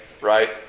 right